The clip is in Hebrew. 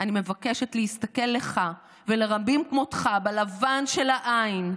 אני מבקשת להסתכל לך ולרבים כמותך בלבן של העין ולהגיד: